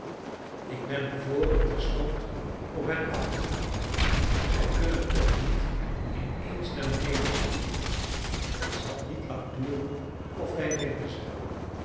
ik ben er voor om terstond op hen af te gaan zij kunnen toch niet in eens naar beneden springen en het zal niet lang duren of wij vinden ze